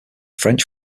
french